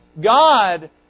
God